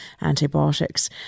antibiotics